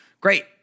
Great